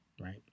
right